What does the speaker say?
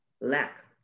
lack